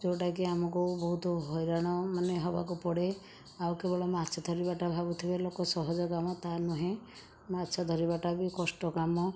ଯେଉଁଟାକି ଆମକୁ ବହୁତ ହଇରାଣ ମାନେ ହେବାକୁ ପଡ଼େ ଆଉ କେବଳ ମାଛ ଧରିବାଟା ଭାବୁଥିବେ ଲୋକ ସହଜ କାମ ତାହା ନୁହେଁ ମାଛ ଧରିବାଟା ବି କଷ୍ଟ କାମ